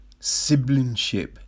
siblingship